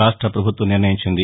రాష్ట్ర పభుత్వం నిర్ణయించింది